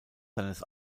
seines